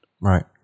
Right